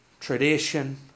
tradition